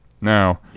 Now